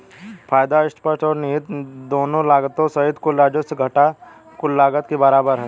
फायदा स्पष्ट और निहित दोनों लागतों सहित कुल राजस्व घटा कुल लागत के बराबर है